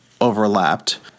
overlapped